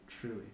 truly